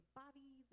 body